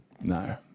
No